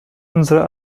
unsere